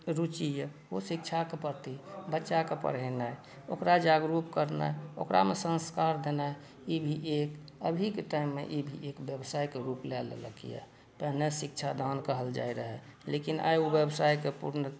रुचि यए ओ शिक्षाक प्रति बच्चाके पढ़ेनाइ ओकरा जागरुक करनाइ ओकरामे संस्कार देनाइ ई जे अभी के टाइममे ई भी एक व्यवसायके रूप लऽ लेलक यए पहिने शिक्षादान कहल जाइ रहय लेकिन आइ ओ व्यवसायके पूर्ण